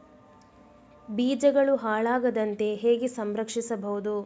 ಬೀಜಗಳು ಹಾಳಾಗದಂತೆ ಹೇಗೆ ಸಂರಕ್ಷಿಸಬಹುದು?